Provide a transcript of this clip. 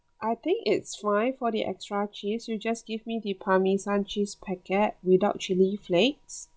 I think it's fine for the extra cheese you just give me the parmesan cheese packet without chilli flakes